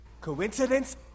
coincidence